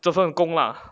这份工 lah